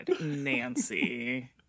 Nancy